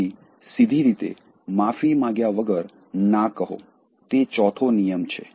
તેથી સીધી રીતે માફી માંગ્યા વગર "ના" કહો તે ચોથો નિયમ છે